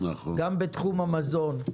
גם בתחום המזון,